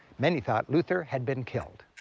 many thought luther had been killed.